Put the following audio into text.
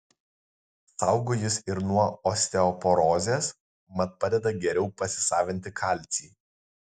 saugo jis ir nuo osteoporozės mat padeda geriau pasisavinti kalcį